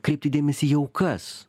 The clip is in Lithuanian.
kreipti dėmesį į aukas